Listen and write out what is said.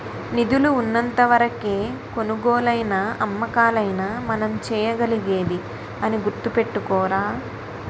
నిధులు ఉన్నంత వరకే కొనుగోలైనా అమ్మకాలైనా మనం చేయగలిగేది అని గుర్తుపెట్టుకోరా